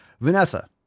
Vanessa